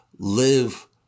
live